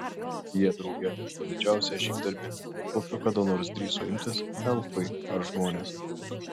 jie drauge atliko didžiausią žygdarbį kokio kada nors drįso imtis elfai ar žmonės